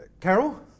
Carol